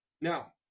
Now